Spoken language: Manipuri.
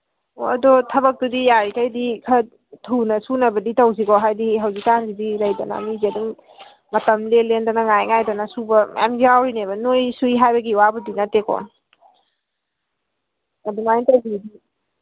ꯑꯣ ꯑꯗꯨ ꯊꯕꯛꯇꯨꯗꯤ ꯌꯥꯔꯤꯕꯃꯈꯩꯗꯤ ꯈꯔ ꯊꯨꯅ ꯁꯨꯅꯕꯗꯤ ꯇꯧꯁꯤꯀꯣ ꯍꯥꯏꯕꯗꯤ ꯍꯧꯖꯤꯛꯀꯥꯟꯁꯤꯗꯤ ꯂꯩꯗꯅ ꯃꯤꯁꯦ ꯑꯗꯨꯝ ꯃꯇꯝ ꯂꯦꯟ ꯂꯦꯟꯗꯅ ꯉꯥꯏ ꯉꯥꯏꯗꯅ ꯁꯨꯕ ꯃꯌꯥꯝ ꯌꯥꯎꯔꯤꯕꯅꯦꯕ ꯅꯈꯣꯏ ꯁꯨꯏ ꯍꯥꯏꯕꯒꯤ ꯋꯥꯕꯨꯗꯤ ꯅꯠꯇꯦꯀꯣ ꯑꯗꯨꯃꯥꯏꯅ ꯇꯧꯁꯤ